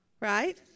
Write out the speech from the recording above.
right